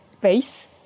base